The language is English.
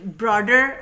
broader